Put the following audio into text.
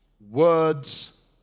words